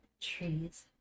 trees